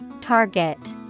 Target